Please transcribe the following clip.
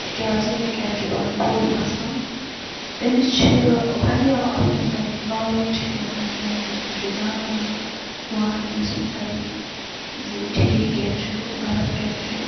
تِکیٛازِ مےٚ کیٛازِ چھُ پَنُن بوے باسان تٔمِس چھِ واریاہ اَتھ مُتعلِق نالیج چھِ تٔمِس یعنی کہِ سُہ چھُ زانان روٗحانِیَس مُتعلق زِ ٹھیٖک کیٛاہ چھُ غلط کیٛاہ چھُ